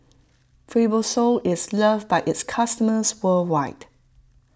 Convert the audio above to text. Fibrosol is loved by its customers worldwide